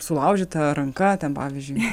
sulaužyta ranka ten pavyzdžiui